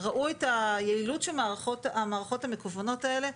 ראו את היעילות של המערכות המקוונות האלה.